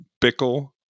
Bickle